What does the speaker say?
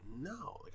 no